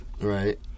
Right